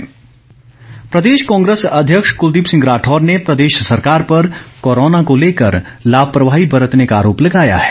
राठौर प्रदेश कांग्रेस अध्यक्ष कुलदीप सिंह राठौर ने प्रदेश सरकार पर कोरोना को लेकर लापरवाही बरतने का आरोप लगाया है